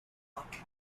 but